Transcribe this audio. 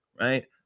Right